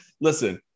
listen